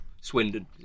Swindon